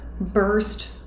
burst